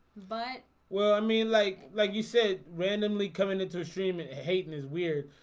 but well, i mean like like you said randomly coming into a stream and hatin is weird.